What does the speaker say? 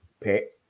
pet